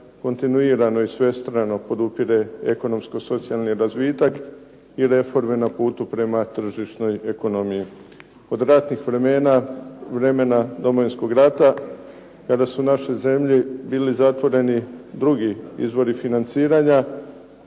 kontinuirano i svestrano podupire ekonomsko socijalni razvitak i reforme na putu prema tržišnoj ekonomiji. Od ratnih vremena, vremena Domovinskog rata, kada su našoj zemlji bili zatvoreni drugi izvori financiranja,